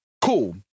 Cool